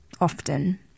often